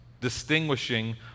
distinguishing